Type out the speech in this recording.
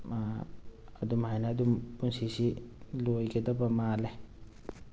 ꯑꯗꯨꯝꯍꯥꯏꯅ ꯑꯗꯨꯝ ꯄꯨꯟꯁꯤꯁꯤ ꯂꯣꯏꯒꯗꯕ ꯃꯥꯜꯂꯦ